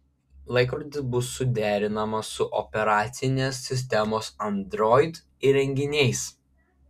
laikrodis bus suderinamas su operacinės sistemos android įrenginiais